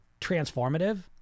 transformative